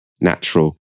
natural